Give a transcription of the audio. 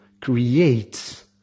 creates